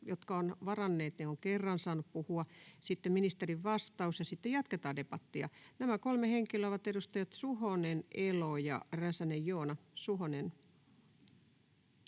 jotka ovat varanneet, jo kerran saaneet puhua. Sitten ministerin vastaus, ja sitten jatketaan debattia. Nämä kolme henkilöä ovat edustajat Suhonen, Elo ja Räsänen, Joona. — Suhonen.